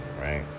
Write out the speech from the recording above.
right